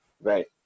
right